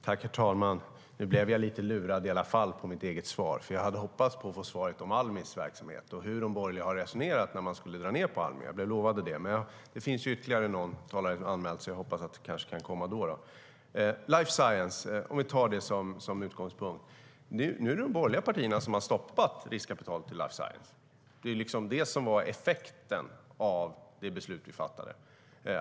Herr talman! Nu blev jag i alla fall lite lurad på svaret om Almis verksamhet som jag hade hoppats på och hur de borgerliga har resonerat när de skulle dra ned på Almi. Jag blev lovad det, men det finns ytterligare någon talare anmäld, så jag hoppas att det kanske kommer då. Om vi tar life science som utgångspunkt är det de borgerliga partierna som har stoppat riskkapitalet till life science. Det var det som blev effekten av det beslut vi fattade.